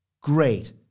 great